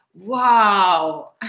wow